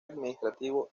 administrativo